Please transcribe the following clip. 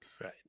Right